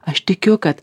aš tikiu kad